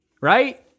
right